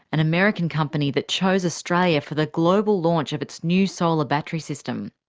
an american company that chose australia for the global launch of its new solar battery system.